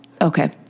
okay